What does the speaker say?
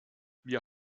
wir